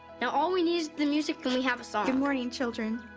now all we need is the music and we have a song. good morning children.